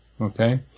okay